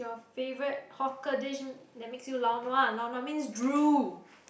you favourite hawker dish that makes you lao-nua lao-nua means drool